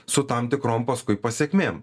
su tam tikrom paskui pasekmėm